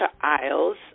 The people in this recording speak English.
aisles